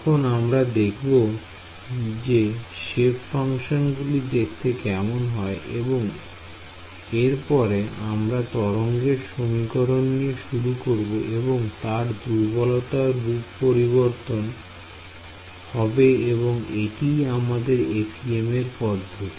এখন আমরা দেখব যে সেপ ফাংশন গুলি দেখতে কেমন হয় এবং এরপরে আমরা তরঙ্গের সমীকরণ নিয়ে শুরু করব এবং তার দুর্বলতর রূপে অবতীর্ণ হবে এবং এটিই আমাদের FEM এর পদ্ধতি